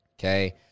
okay